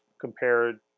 compared